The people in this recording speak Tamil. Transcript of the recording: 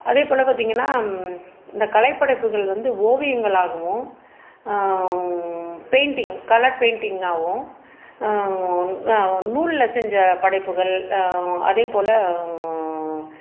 அதே போல் பார்த்தீங்கன்னா இந்த கலைப்படைப்புகள் வந்து ஓவியங்களாகவும் பெயிண்டிங் கலர் பெயிண்டிங்காகவும் நூலில் செஞ்ச படைப்புகள் அதே போல்